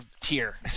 tier